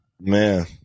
Man